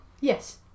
Yes